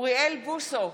אוריאל בוסו,